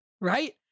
right